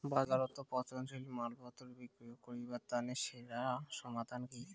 বাজারত পচনশীল মালপত্তর বিক্রি করিবার তানে সেরা সমাধান কি?